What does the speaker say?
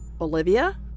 Olivia